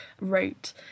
wrote